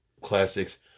classics